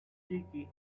sticky